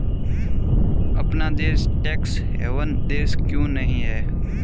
अपना देश tax haven देश क्यों नहीं है?